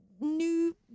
New